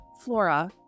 flora